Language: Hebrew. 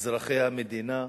אזרחי המדינה,